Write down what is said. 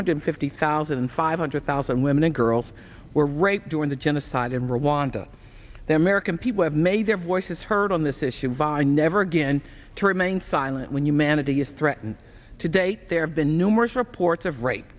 hundred fifty thousand and five hundred thousand women and girls were raped during the genocide in rwanda their american people have made their voices heard on this issue by never again to remain silent when humanity is threatened today there have been numerous reports of ra